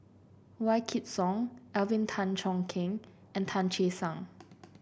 Wykidd Song Alvin Tan Cheong Kheng and Tan Che Sang